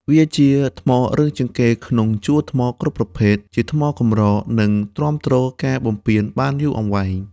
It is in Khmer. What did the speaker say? វាជាថ្មរឹងជាងគេក្នុងជួរថ្មគ្រប់ប្រភេទ ជាថ្មកម្រ និងទ្រាំទ្រការបំពានបានយូរអង្វែង។